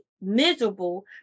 miserable